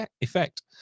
effect